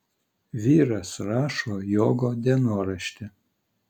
vyras rašo jogo dienoraštį